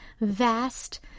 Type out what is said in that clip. vast